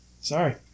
Sorry